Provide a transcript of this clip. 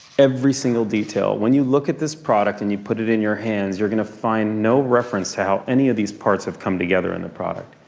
every single detail. when you look at this product, and you put it in your hands, you're gonna find no reference to how any of these parts have come together in the product.